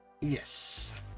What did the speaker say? yes